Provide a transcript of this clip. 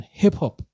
hip-hop